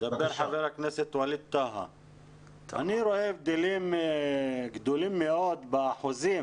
אני רואה הבדלים גדולים מאוד באחוזים.